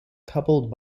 coupled